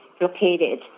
located